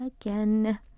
again